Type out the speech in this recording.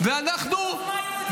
פחדנים.